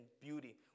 beauty